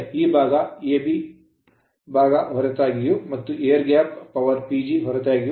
ಈ a b ಭಾಗ ಹೊರತಾಗಿಯೂ ಮತ್ತು ಏರ್ ಗ್ಯಾಪ್ power PG ಹೊರತಾಗಿಯೂ